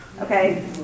Okay